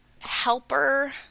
helper